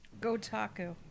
Gotaku